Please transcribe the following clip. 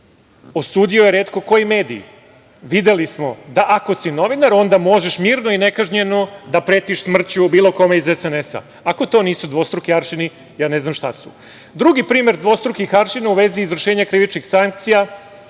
osudio je retko koji mediji. Videli smo, da ako si novinar onda možeš mirno i nekažnjeno da pretiš smrću bilo kome iz SNS-a. Ako to nisu dvostruki aršini ja ne znam šta su. Drugi primer dvostrukih aršina u vezi izvršenja krivičnih sankcija